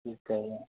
ਠੀਕ ਹੈ ਜੀ